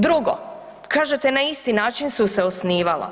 Drugo, kažete, na isti način su se osnivala.